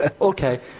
Okay